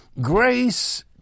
Grace